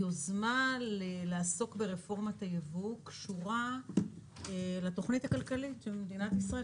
היוזמה לעסוק ברפורמת היבוא קשורה לתכנית הכלכלית של מדינת ישראל,